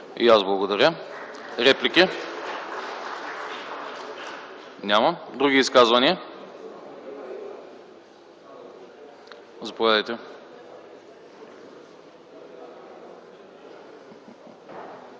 И аз благодаря. Реплики? Няма. Други изказвания? Заповядайте,